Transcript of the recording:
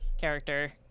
character